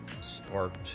sparked